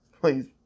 Please